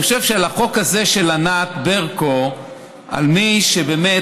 אני חושב שבחוק הזה של ענת ברקו על מי שבאמת